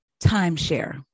Timeshare